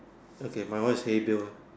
okay my one is hair pure ah